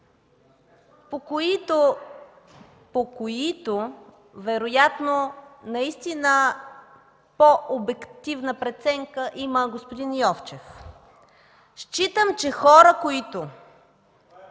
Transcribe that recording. по които вероятно наистина по обективна преценка има господин Йовчев. Считам, че хора, които...